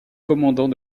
commandant